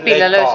oletteko